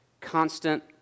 constant